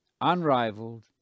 unrivaled